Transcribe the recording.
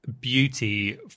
beauty